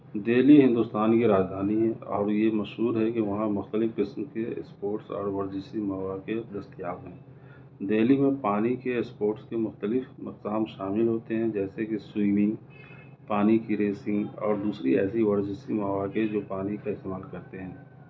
دہلی ہندوستان کی راجدھانی ہے اور یہ مشہور ہے کہ وہاں مختلف قسم کے اسپورٹس اور ورزشی مواقع دستیاب ہیں دہلی میں پانی کے اسپورٹس کے مختلف مقام شامل ہوتے ہیں جیسے کہ سوئمنگ پانی کی ریسنگ اور دوسری ایسی ورزشی مواقع جو پانی کا استعمال کرتے ہیں